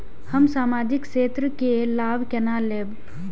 हम सामाजिक क्षेत्र के लाभ केना लैब?